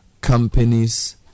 companies